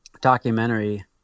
documentary